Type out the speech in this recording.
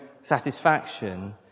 satisfaction